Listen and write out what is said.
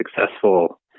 successful